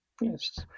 Yes